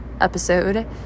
episode